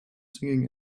singing